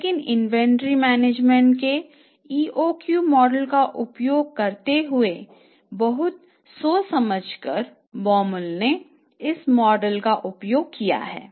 लेकिन inventory management के EOQ model का उपयोग करते हुए बहुत सोच समझकर Baumol ने इस मॉडल का उपयोग किया है